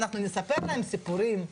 ואנחנו נספר להם סיפורים.